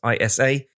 ISA